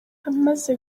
amaze